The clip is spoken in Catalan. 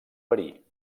verí